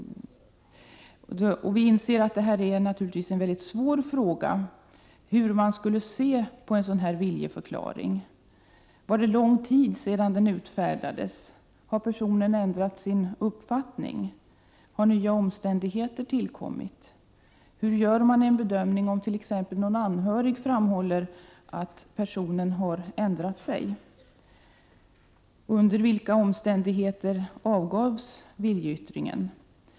Vi inser naturligtvis att det kan uppstå svåra frågor om hur en sådan här viljeförklaring skall bedömas. Var det lång tid sedan den utfärdades? Har personen ändrat sin uppfattning? Har nya omständigheter tillkommit? Hur gör man en bedömning om t.ex. någon anhörig framhåller att personen har ändrat sig? Under vilka omständigheter avgavs viljeyttringen?